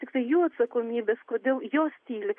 tiktai jų atsakomybės kodėl jos tyli